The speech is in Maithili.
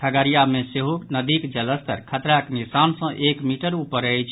खगड़िया मे सेहो नदीक जलस्तर खतराक निशान सँ एक मीटर ऊपर अछि